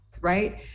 right